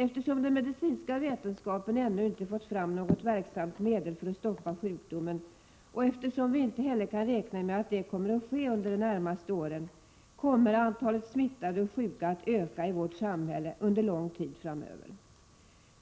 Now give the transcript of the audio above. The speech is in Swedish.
Eftersom den medicinska vetenskapen ännu inte fått fram något verksamt medel för att stoppa sjukdomen, och eftersom vi inte heller kan räkna med att det sker under de närmaste åren, kommer antalet smittade och sjuka att öka i vårt samhälle under lång tid framöver.